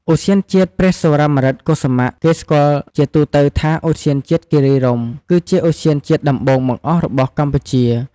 ឧទ្យានជាតិព្រះសុរាម្រិតកុសុមៈ គេស្គាល់ជាទូទៅថា ឧទ្យានជាតិគិរីរម្យ គឺជាឧទ្យានជាតិដំបូងបង្អស់របស់កម្ពុជា។